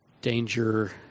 Danger